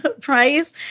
price